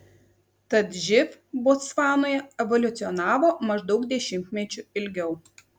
tad živ botsvanoje evoliucionavo maždaug dešimtmečiu ilgiau